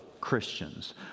Christians